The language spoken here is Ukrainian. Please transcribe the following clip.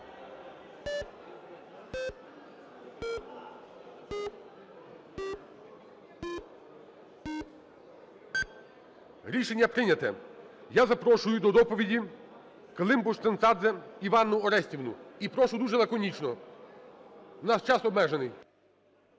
Рішення прийнято. Я запрошую до доповідіКлимпуш-Цинцадзе Іванну Орестівну. І прошу дуже лаконічно, в нас час обмежений.